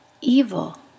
Evil